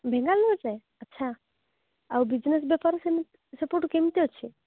ବାଙ୍ଗାଲୋରରେ ଆଚ୍ଛା ଆଉ ବିଜନେସ୍ ବେପାର ସେପଟୁ କେମିତି ଅଛି